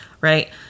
right